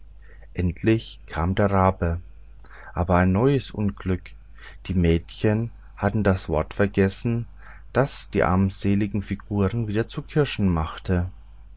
endlich kam der rabe aber ein neues unglück die mädchen hatten das wort vergessen das die armseligen figuren wieder zu kirschen machte